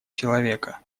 человека